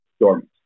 dormant